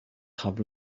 have